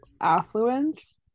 affluence